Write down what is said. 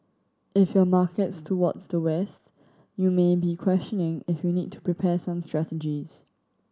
if your market towards the West you may be questioning if you need to prepare some strategies